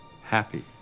Happy